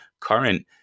current